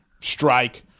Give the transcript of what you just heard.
strike